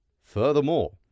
Furthermore